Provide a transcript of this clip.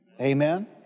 amen